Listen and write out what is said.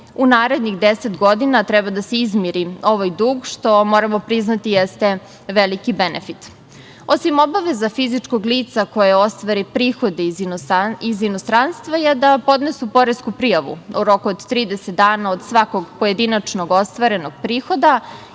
u narednih 10 godina treba da se izmiri ovaj dug, što moramo priznati jeste veliki benefit. Osim obaveza fizičkog lica koje ostvari prihode iz inostranstva je da podnesu poresku prijavu, u roku od 30 dana, od svakog pojedinačnog ostvarenog prihoda